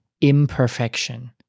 imperfection